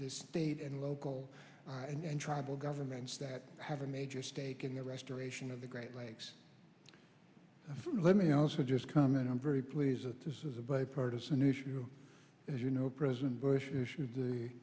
the state and local and tribal governments that have a major stake in the restoration of the great lakes let me also just comment i'm very pleased that this is a bipartisan issue as you know president bush issued the